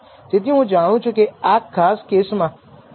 તેથી તફાવતનો અર્થ એ થાય છે કે તે ફક્ત એક જ વધારાના પરિમાણ છે